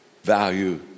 value